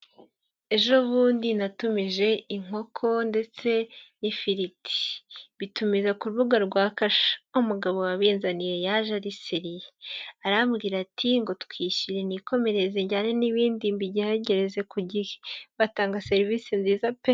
Ejo bundi natumije inkoko ndetse n'ifiriti, mbitumira ku rubuga rwa Kasha, umugabo wabinzaniye yaje ari seriye, arambwira ati: "ngo twishyure nikomereze njyane n'ibindi mbihageze ku gihe", batanga serivisi nziza pe.